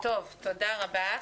תודה רבה.